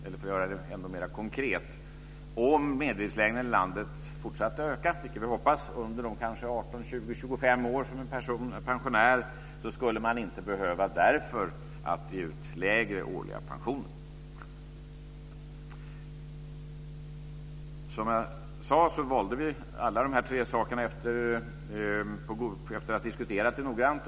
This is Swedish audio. För att göra det ändå mera konkret kan jag säga att man, om medellivslängden i landet fortsatte att öka - vilket vi hoppas - under de 18, 20 eller 25 år som en person är pensionär inte skulle behöva ge ut lägre årliga pensioner. Som jag sade valde vi alla dessa tre saker efter att ha diskuterat noggrant.